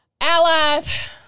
allies